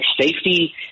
safety